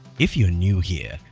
if you're new here,